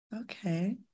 Okay